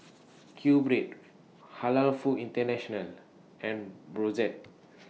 Q Bread Halal Foods International and Brotzeit